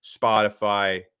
Spotify